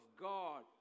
God